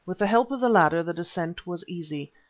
with the help of the ladder the descent was easy.